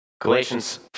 Galatians